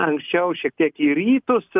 anksčiau šiek tiek į rytus